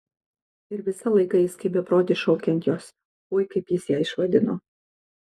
ir visą laiką jis kaip beprotis šaukia ant jos ui kaip jis ją išvadino